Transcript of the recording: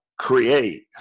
create